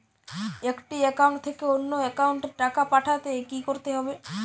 একটি একাউন্ট থেকে অন্য একাউন্টে টাকা পাঠাতে কি করতে হবে?